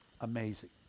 amazing